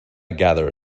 gather